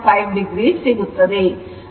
5 o ಸಿಗುತ್ತದೆ